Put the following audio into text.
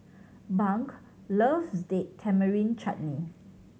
Bunk loves Date Tamarind Chutney